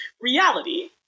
reality